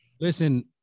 Listen